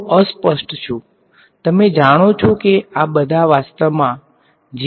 So this is canceled so I am just left with this all right